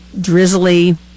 drizzly